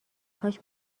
کاش